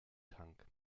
tank